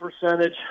percentage